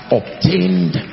obtained